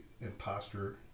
imposter